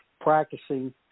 practicing